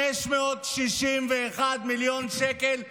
561 מיליון שקל סתם,